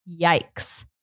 yikes